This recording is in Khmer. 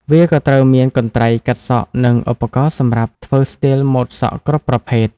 វាក៏ត្រូវមានកន្ត្រៃកាត់សក់និងឧបករណ៍សម្រាប់ធ្វើស្ទីលម៉ូដសក់គ្រប់ប្រភេទ។